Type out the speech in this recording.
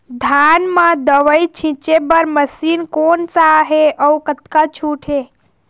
धान म दवई छींचे बर मशीन कोन सा हे अउ कतका छूट हे?